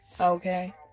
okay